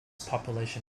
population